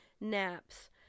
naps